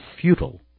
futile